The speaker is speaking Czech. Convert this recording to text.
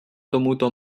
tomuto